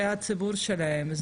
זה הציבור שלהם,